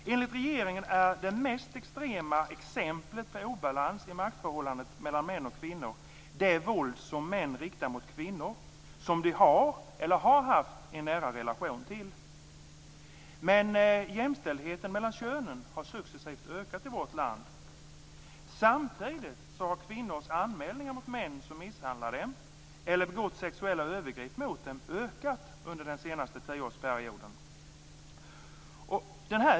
Enligt regeringen är det mest extrema exemplet på obalans i maktförhållandet mellan män och kvinnor det våld som män riktar mot kvinnor som de har eller har haft en nära relation till. Jämställdheten mellan könen har successivt ökat i vårt land. Samtidigt har kvinnors anmälningar mot män som misshandlat dem eller begått sexuella övergrepp mot dem ökat under den senaste tioårsperioden.